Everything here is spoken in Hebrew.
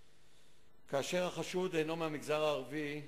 כאשר החשוד אינו מהמגזר הערבי.